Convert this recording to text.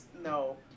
No